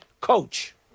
coach